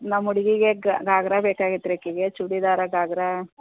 ನಮ್ಮ ಹುಡುಗಿಗೆ ಘಾಗ್ರಾ ಬೇಕಾಗಿತ್ತು ರೀ ಆಕೆಗೆ ಚೂಡಿದಾರ ಘಾಗ್ರಾ